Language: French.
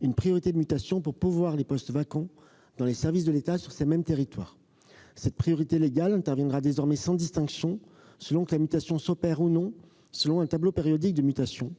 une priorité de mutation pour pourvoir les postes vacants dans les services de l'État sur ces territoires. Cette priorité légale interviendra désormais sans distinction selon que les mutations s'opèrent ou non selon un tableau périodique de mutation.